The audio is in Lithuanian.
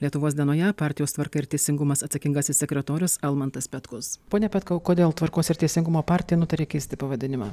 lietuvos dienoje partijos tvarka ir teisingumas atsakingasis sekretorius almantas petkus pone petkau kodėl tvarkos ir teisingumo partija nutarė keisti pavadinimą